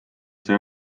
see